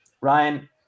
Ryan